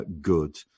good